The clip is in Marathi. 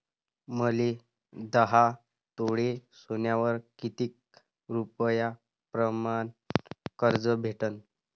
मले दहा तोळे सोन्यावर कितीक रुपया प्रमाण कर्ज भेटन?